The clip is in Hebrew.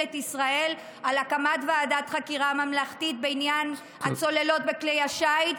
לממשלת ישראל על הקמת ועדת חקירה ממלכתית בעניין הצוללות וכלי השיט.